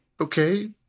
okay